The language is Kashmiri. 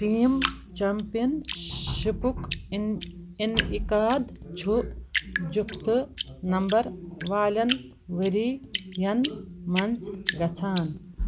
ٹیٖم چَمپِیَن شِپُک اِن اِنعِقاد چھُ جُفتہٕ نمبر والٮ۪ن ؤری یَن منٛز گژھان